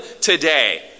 today